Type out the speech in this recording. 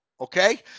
okay